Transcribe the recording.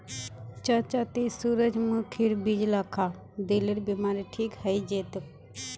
चच्चा ती सूरजमुखीर बीज ला खा, दिलेर बीमारी ठीक हइ जै तोक